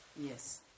Yes